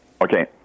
Okay